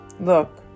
look